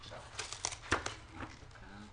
מאחר וזה לוקח לכם יותר זמן,